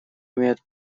имеют